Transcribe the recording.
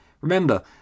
Remember